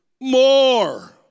More